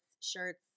shirts